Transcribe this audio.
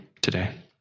today